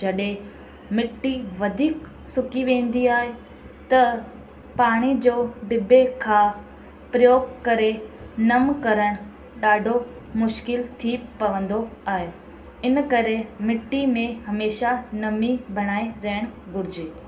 जॾहिं मिट्टी सुकी वेंदी आहे त पाणी जो डिब्बे खां प्रयोग करे नम करणु ॾाढो मुश्किल थी पवंदो आहे इन करे मिट्टी में हमेशह नमी बणाए रहणु घुरिजे